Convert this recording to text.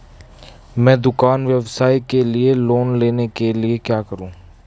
मैं दुकान व्यवसाय के लिए लोंन लेने के लिए क्या करूं?